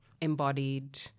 embodied